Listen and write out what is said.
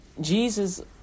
Jesus